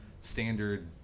standard